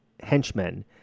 Henchmen